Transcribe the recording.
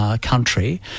country